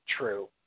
true